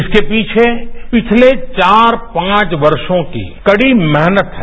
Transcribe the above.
इसके पीठे पिछले चार पांच वर्षों की कड़ी मेहनत है